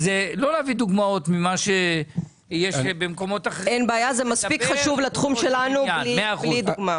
אין בעיה, זה מספיק חשוב לתחום שלנו בלי דוגמה.